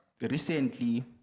Recently